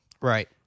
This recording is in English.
Right